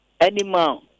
Animal